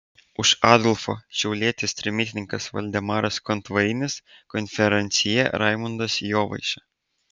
už adolfo šiaulietis trimitininkas valdemaras kontvainis konferansjė raimundas jovaiša